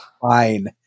fine